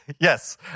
Yes